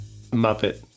Muppet